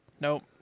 nope